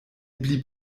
blieb